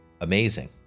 amazing